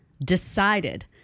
decided